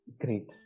Great